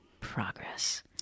progress